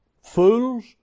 Fools